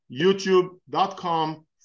youtube.com